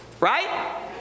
right